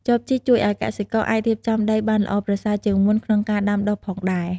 ចបជីក ជួយឱ្យកសិករអាចរៀបចំដីបានល្អប្រសើរជាងមុនក្នុងការដាំដុះផងដែរ។